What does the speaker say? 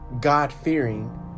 God-fearing